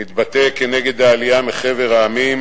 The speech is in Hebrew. מתבטא כנגד העלייה מחבר העמים.